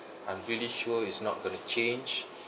I'm really sure is not gonna change